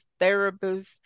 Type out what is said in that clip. therapists